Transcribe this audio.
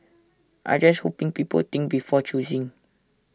I just hoping people think before choosing